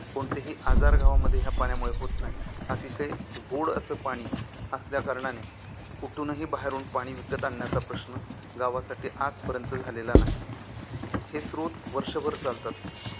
कोणतेही आजार गावामध्ये ह्या पाण्यामुळे होत नाही अतिशय गोड असं पाणी असल्या कारणाने कुठूनही बाहेरून पाणी विकत आणण्याचा प्रश्न गावासाठी आजपर्यंत झालेला नाही हे स्रोत वर्षभर चालतात